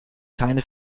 keine